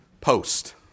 Post